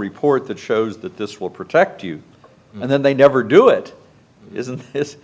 report that shows that this will protect you and then they never do it isn't this